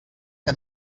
que